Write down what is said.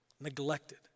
neglected